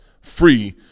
free